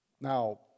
Now